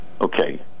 Okay